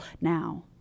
now